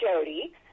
Jody